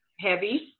heavy